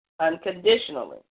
unconditionally